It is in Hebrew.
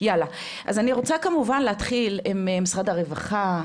אני רוצה להתחיל עם משרד הרווחה,